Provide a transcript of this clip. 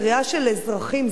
הקריאה של אזרחים,